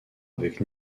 avec